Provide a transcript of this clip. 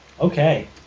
Okay